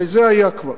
הרי זה היה כבר.